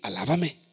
alábame